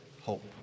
hope